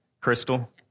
Crystal